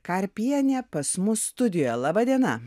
karpienė pas mus studijoje laba diena